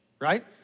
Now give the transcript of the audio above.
Right